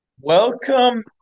Welcome